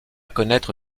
connaître